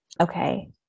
Okay